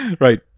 Right